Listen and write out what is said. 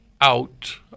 out